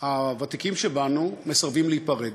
הוותיקים שבנו מסרבים להיפרד,